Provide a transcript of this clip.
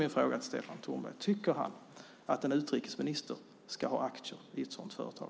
Min fråga till Stefan Tornberg är: Tycker han att en utrikesminister ska ha aktier i ett sådant företag?